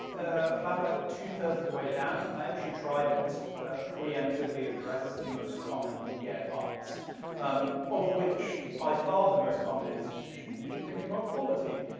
ah about, like, two-thirds of the way down, i actually tried to preemptively address the most common, yeah but um of which by far the most common is shouldn't you be thinking about quality?